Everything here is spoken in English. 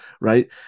right